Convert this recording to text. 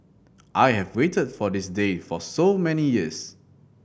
I have waited for this day for so many years